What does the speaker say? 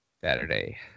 Saturday